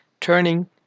turning